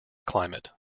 climate